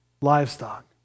livestock